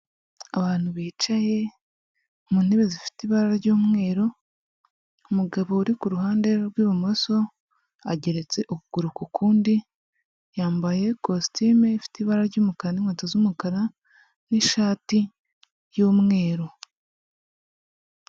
Abantu bicaye mu ntebe zifite ibara ry'umweru, umugabo uri ku ruhande rw'ibumoso ageretse ukuguru ku kundi, yambaye kositime ifite ibara ry'umukara n'inkweto z'umukara n'ishati y'umweru.